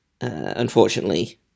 Unfortunately